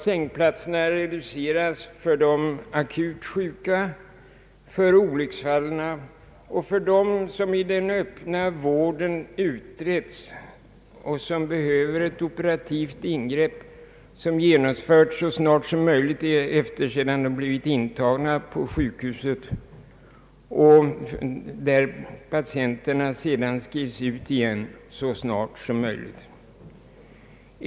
Sängplatserna reserveras för de akut sjuka, för olycksfall och för dem som i den öppna vården undersökts och behöver ett operativt ingrepp vilket genomföres så snart som möjligt efter det de blivit intagna och där patienterna skrivs ut igen så snart som möjligt.